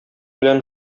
белән